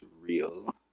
real